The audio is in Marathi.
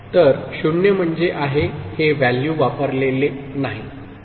तर 0 म्हणजे आहे हे व्हॅल्यू वापरलेले नाही ठीक आहे